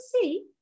see